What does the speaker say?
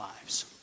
lives